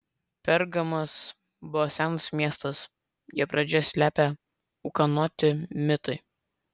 pergamas buvo senas miestas jo pradžią slepia ūkanoti mitai